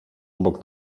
obok